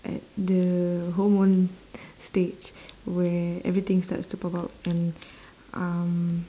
at the hormone stage where everything starts to pop out and um